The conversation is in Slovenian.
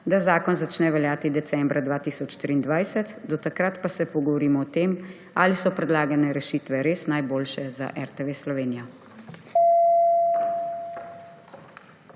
da zakon začne veljati decembra 2023, do takrat pa se pogovorimo o tem, ali so predlagane rešitve res najboljše za RTV Slovenija.